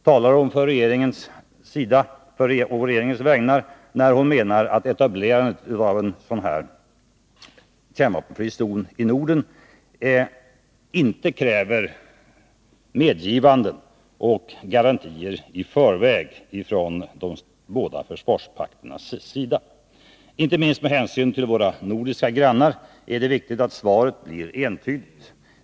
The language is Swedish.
Talar hon på regeringens vägnar, när hon menar att etablerandet av en kärnvapenfri zon i Norden inte kräver garantier i förväg från de båda försvarspakternas sida? Inte minst med hänsyn till våra nordiska grannar är det viktigt att svaren blir entydiga.